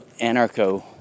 anarcho